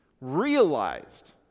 realized